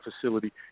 facility